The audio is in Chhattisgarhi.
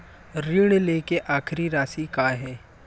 ऋण लेके आखिरी राशि का हे?